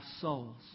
souls